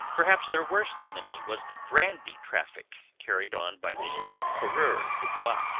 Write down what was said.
perhaps their worst enemy was the brandy traffic carried on by the coureurs de bois,